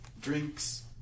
drinks